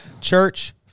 Church